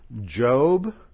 Job